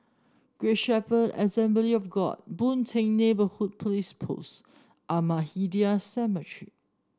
Great Shepherd Assembly of God Boon Teck Neighbourhood Police Post Ahmadiyya Cemetery